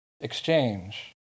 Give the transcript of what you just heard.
exchange